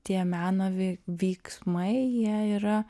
tie meno vi vyksmai jie yra